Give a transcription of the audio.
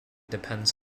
depends